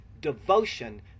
devotion